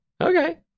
Okay